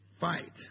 fight